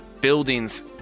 buildings